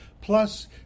Plus